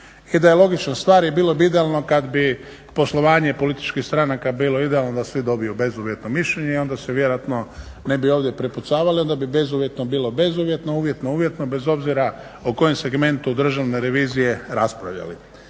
je logična stvar bilo bi idealno kada bi poslovanje političkih stranaka bilo idealno da svi dobiju bezuvjetno mišljenje i onda se vjerojatno ne bi ovdje prepucavali onda bi bezuvjetno bilo bezuvjetno, uvjetno uvjetno bez obzira o kojem segmentu Državne revizije raspravljali.